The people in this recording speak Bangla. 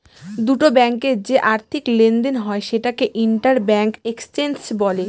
দুটো ব্যাঙ্কে যে আর্থিক লেনদেন হয় সেটাকে ইন্টার ব্যাঙ্ক এক্সচেঞ্জ বলে